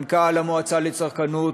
לשעבר מנכ"ל המועצה לצרכנות,